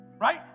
right